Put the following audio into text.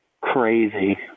crazy